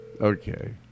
Okay